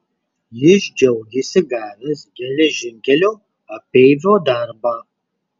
jis džiaugėsi gavęs geležinkelio apeivio darbą